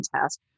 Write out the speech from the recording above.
test